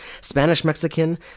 Spanish-Mexican